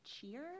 Cheer